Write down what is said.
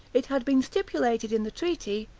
it had been stipulated in the treaty,